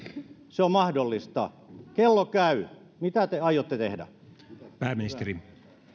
se on mahdollista kello käy mitä te aiotte tehdä